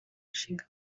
ishinga